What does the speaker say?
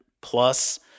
plus